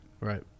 Right